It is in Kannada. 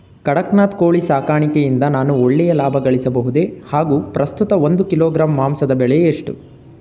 ಕಡಕ್ನಾತ್ ಕೋಳಿ ಸಾಕಾಣಿಕೆಯಿಂದ ನಾನು ಒಳ್ಳೆಯ ಲಾಭಗಳಿಸಬಹುದೇ ಹಾಗು ಪ್ರಸ್ತುತ ಒಂದು ಕಿಲೋಗ್ರಾಂ ಮಾಂಸದ ಬೆಲೆ ಎಷ್ಟು?